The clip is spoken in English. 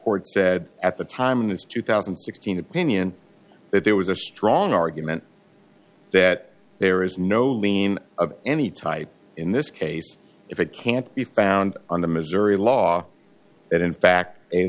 court said at the time of his two thousand and sixteen opinion that there was a strong argument that there is no lien of any type in this case if it can't be found on the missouri law that in fact a